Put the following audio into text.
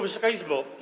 Wysoka Izbo!